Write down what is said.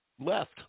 left